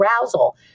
arousal